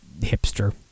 hipster